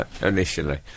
Initially